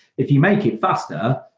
if you make it faster,